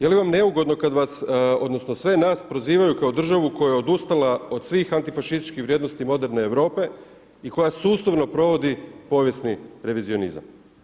Je li vam neugodno kada vas, odnosno sve nas prozivaju kao državu koja je odustala od svih antifašističkih vrijednosti moderne Europe i koja sustavno provodi povijesni revizionizam.